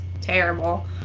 terrible